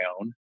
own